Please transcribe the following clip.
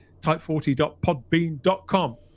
type40.podbean.com